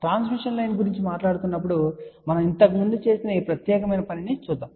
transmission line గురించి మాట్లాడుతున్నప్పుడు మనము ఇంతకుముందు చేసిన ఈ ప్రత్యేకమైన పనిని పరిగణిస్తాం